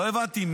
לא הבנתי.